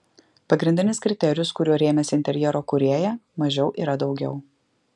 pagrindinis kriterijus kuriuo rėmėsi interjero kūrėja mažiau yra daugiau